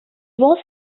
was